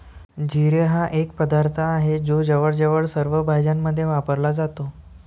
जिरे हा एक पदार्थ आहे जो जवळजवळ सर्व भाज्यांमध्ये वापरला जातो